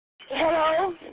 Hello